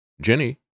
Jenny